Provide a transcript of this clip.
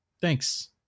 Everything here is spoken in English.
Thanks